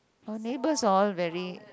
neighbors are all very